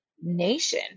nation